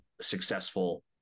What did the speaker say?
successful